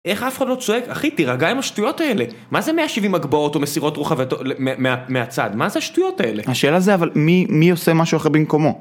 איך אף אחד לא צועק? אחי, תירגע עם השטויות האלה. מה זה 170 הגבוהות או מסירות רוחב מהצד? מה זה השטויות האלה? השאלה זה, אבל מי עושה משהו אחר במקומו?